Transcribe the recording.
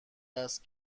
است